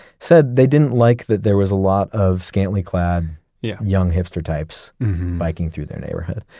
said they didn't like that there was a lot of scantily clad yeah young hipster types biking through their neighborhood.